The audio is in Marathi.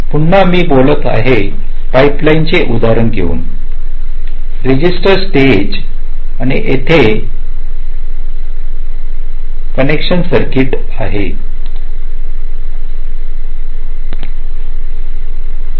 पुन्हा मी बोलत आहे पाइपलाइनचे उदाहरण घेऊन रजिस्टर स्टेज आहेत आणि येथे एक कॉस्क्विनेशन सर्किटआहेत